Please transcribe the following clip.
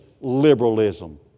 liberalism